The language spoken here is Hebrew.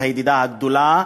הידידה הגדולה,